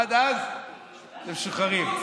עד אז אתם משוחררים.